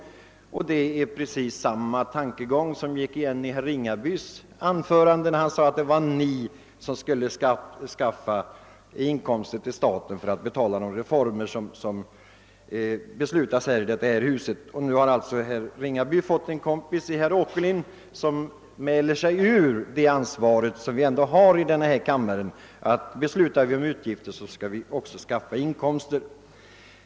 Det är precis samma tankegång som gick igen i herr Ringabys anförande, när denne sade att »ni» skall skaffa inkomster till staten för att betala de reformer som beslutas av riksdagen. Nu har alltså utöver herr Ringaby också herr Åkerlind frånsagt sig det ansvar som vi har i denna kammare för att statliga utgifter också skall finansieras med motsvarande inkomster.